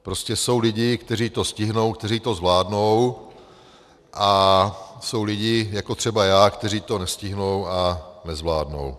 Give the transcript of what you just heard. Prostě jsou lidé, kteří to stihnou, kteří to zvládnou, a jsou lidé jako třeba já, kteří to nestihnou a nezvládnou.